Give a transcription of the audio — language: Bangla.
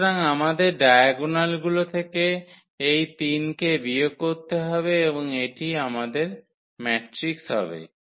সুতরাং আমাদের ডায়াগোনালগুলো থেকে এই 3 কে বিয়োগ করতে হবে এবং এটি আমাদের ম্যাট্রিক্স হবে